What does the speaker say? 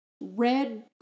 red